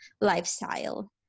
lifestyle